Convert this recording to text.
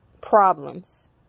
problems